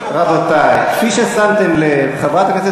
רבותי, כפי ששמתם לב, חברת הכנסת